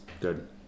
Good